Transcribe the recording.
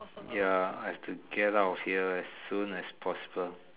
ya I have to get out of here a soon as possible